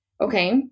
Okay